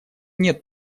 нет